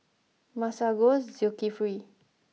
Masagos Zulkifli